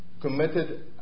Committed